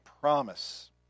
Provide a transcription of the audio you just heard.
promise